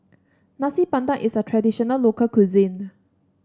Nasi Padang is a traditional local cuisine